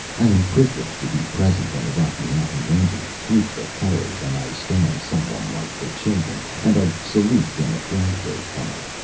i am privileged to be present when the rocky mountain rangers troop the colors and i stand solemn, like the children, and i salute when the flag goes by.